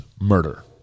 murder